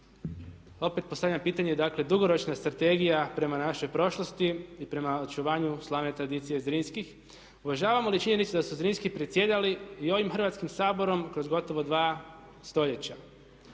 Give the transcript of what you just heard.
Opet postavljam pitanje, dakle dugoročna strategija prema našoj prošlosti i prema očuvanju slavne tradicije Zrinskih. Uvažavamo li činjenicu da su Zrinski predsjedali i ovim Hrvatskim saborom kroz gotovo dva stoljeća?